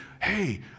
hey